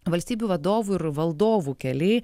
valstybių vadovų ir valdovų keliai